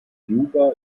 juba